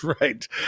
Right